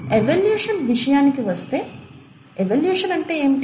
evolution విషయానికి వస్తే evolution అంటే ఏమిటి